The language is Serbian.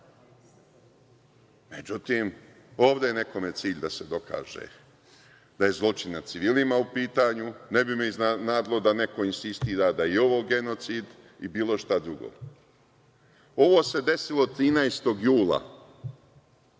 Međutim, ovde je nekome cilj da se dokaže da je zločin nad civilima u pitanju. Ne bi me iznenadilo da neko insistira da je i ovo genocid i bilo šta drugo. Ovo se desilo 13. jula,